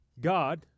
God